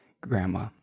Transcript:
grandma